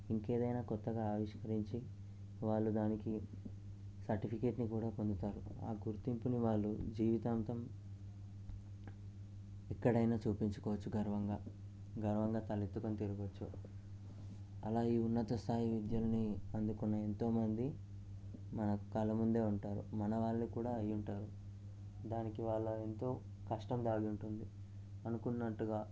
ఇంకేదైనా కొత్తగా ఆవిష్కరించి వాళ్ళు దానికి సర్టిఫికెట్ని కూడా పొందుతారు ఆ గుర్తింపుని వాళ్ళు జీవితాంతం ఎక్కడైనా చూపించుకోవచ్చు గర్వంగా గర్వంగా తలెత్తుకొని తిరగచ్చు అలా ఈ ఉన్నత స్థాయి విద్యలన్ని అందుకునే ఎంతోమంది మన కళ్ళ ముందే ఉంటారు మన వాళ్ళు కూడా అయి ఉంటారు దానికి వాళ్ళ ఎంతో కష్టం దాగి ఉంటుంది అనుకున్నట్టుగా